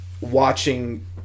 watching